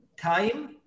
time